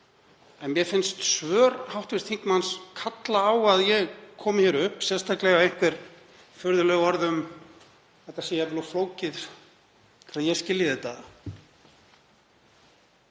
En mér finnast svör hv. þingmanns kalla á að ég komi hér upp, sérstaklega einhver furðuleg orð um að þetta sé jafnvel of flókið til að ég skilji þetta.